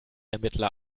ermittler